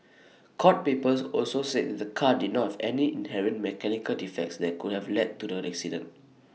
court papers also said the car did not have any inherent mechanical defects that could have led to the accident